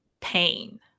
pain